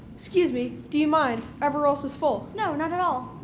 excuse me, do you mind? everywhere else is full. no, not at all.